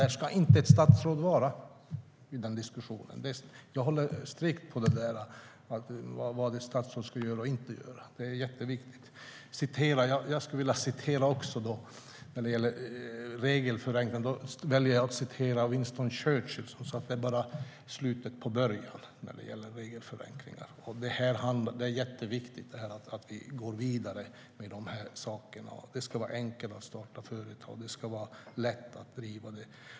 Och ett statsråd ska inte vara med i den diskussionen! Jag håller strikt på vad ett statsråd ska göra och inte göra. Det är jätteviktigt. Jag skulle också vilja citera när det gäller regelförenklingar. Och jag väljer att citera Winston Churchill som sa: Det är bara slutet på början. Det är jätteviktigt att vi går vidare med de här sakerna. Det ska vara enkelt att starta företag, och det ska vara lätt att driva det.